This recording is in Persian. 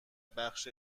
بخش